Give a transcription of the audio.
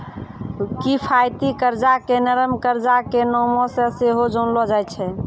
किफायती कर्जा के नरम कर्जा के नामो से सेहो जानलो जाय छै